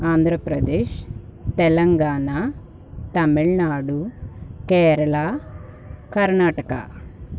Andhra Pradesh Telangana Tamil Nadu Kerala Karnataka